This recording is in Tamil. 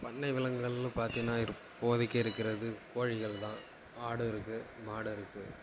பண்ணை விலங்குகள்னு பார்த்தீன்னா இருப்போதைக்கு இருக்கிறது கோழிகள் தான் ஆடு இருக்குது மாடு இருக்குது